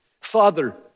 Father